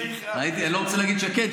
אני לא רוצה להגיד של שקד,